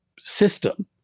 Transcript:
system